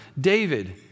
David